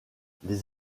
les